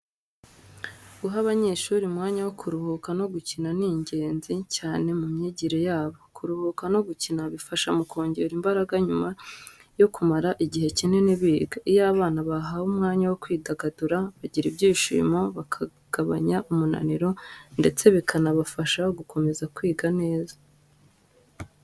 Guha abanyeshuri umwanya wo kuruhuka no gukina ni ingenzi cyane mu myigire yabo. Kuruhuka no gukina bifasha mu kongera imbaraga nyuma yo kumara igihe kinini biga. Iyo abana bahawe umwanya wo kwidagadura, bagira ibyishimo, bikagabanya umunaniro ndetse bikanabafasha gukomeza kwiga neza.